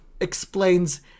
explains